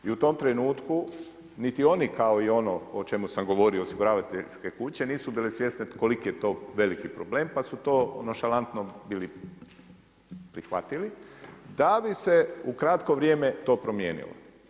I u tom trenutku niti oni kao i ono o čemu sam govorio, osiguravateljske kuće nisu bili svjesni koliki je to veliki problem pa su to nonšalantno bili prihvatili da bi se u kratko vrijeme to promijenilo.